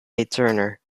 turner